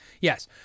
Yes